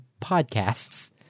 podcasts